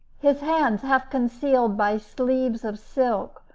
his hands, half concealed by sleeves of silk,